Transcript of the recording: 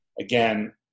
Again